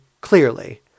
clearly